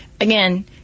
again